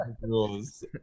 rules